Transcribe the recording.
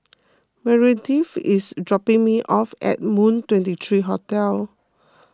Meredith is dropping me off at Moon twenty three Hotel